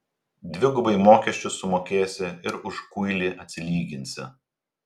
dvigubai mokesčius sumokėsi ir už kuilį atsilyginsi